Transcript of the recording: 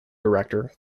director